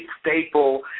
staple